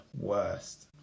worst